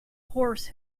horse